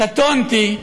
קטונתי,